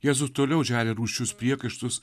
jėzus toliau žeria rūsčius priekaištus